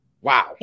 wow